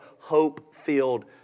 hope-filled